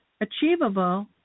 Achievable